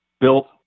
built